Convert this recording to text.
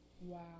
Wow